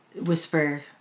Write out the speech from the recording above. Whisper